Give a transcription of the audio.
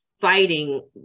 fighting